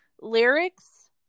lyrics